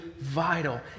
vital